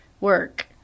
work